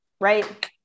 Right